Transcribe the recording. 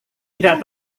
tidak